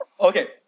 Okay